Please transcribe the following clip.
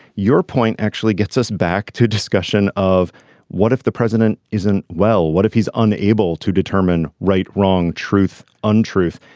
your point actually gets us back to discussion of what if the president isn't well what if he's unable to determine right or wrong truth untruth.